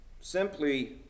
Simply